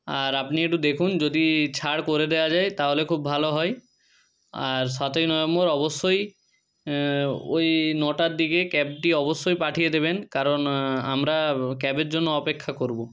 আর আপনি একটু দেখুন যদি ছাড় করে দেওয়া যায় তাহলে খুব ভালো হয় আর সাতই নভেম্বর অবশ্যই ওই নটার দিকে ক্যাবটি অবশ্যই পাঠিয়ে দেবেন কারণ আমরা ক্যাবের জন্য অপেক্ষা করব